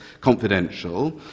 confidential